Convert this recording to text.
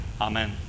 Amen